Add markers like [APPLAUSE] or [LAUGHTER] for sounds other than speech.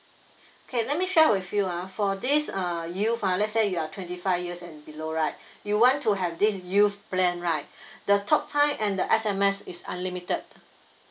okay let me share with you ah for this uh youth ah let's say you are twenty five years and below right you want to have this youth plan right [BREATH] the talk time and the S_M_S is unlimited